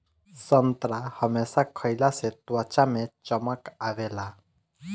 संतरा हमेशा खइला से त्वचा में चमक आवेला